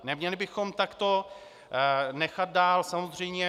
Neměli bychom takto nechat dál, samozřejmě.